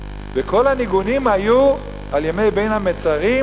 וכל הניגונים היו על ימי בין-המצרים,